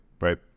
right